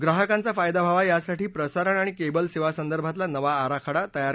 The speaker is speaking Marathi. ग्राहकांचा फायदा व्हावा यासाठी प्रसारण आणि केबल सेवांसदर्भातला नवा आराखडा तयार करण्यात आला